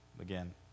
Again